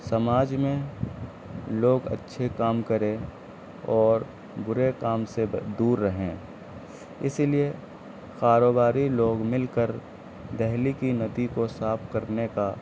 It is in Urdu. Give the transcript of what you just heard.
سماج میں لوگ اچّھے کام کرے اور بُرے کام سے دور رہیں اسی لیے کاروباری لوگ مل کر دہلی کی ندی کو صاف کرنے کا